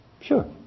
Sure